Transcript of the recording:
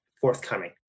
forthcoming